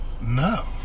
No